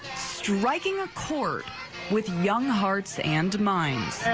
striking a chord with young hearts and minds.